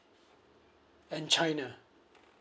and china